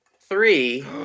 three